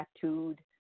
tattooed